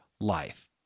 life